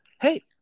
Hey